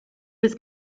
was